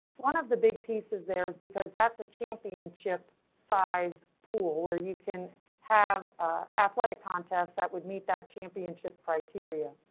one of the big pieces there is because that's a championship size pool where you can have athletic contests that would meet that championship criteria.